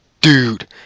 Dude